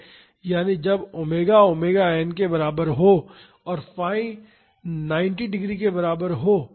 यानी जब omega omega n के बराबर हो और फाई 90 डिग्री के बराबर हो